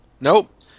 Nope